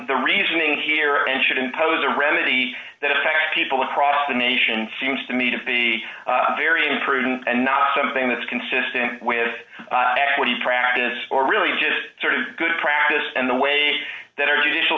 the reasoning here and should impose a remedy that affect people across the nation seems to me to be very imprudent and not something that's consistent with what his practice or really just sort of good practice and the way that our judicial